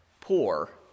poor